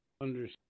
understand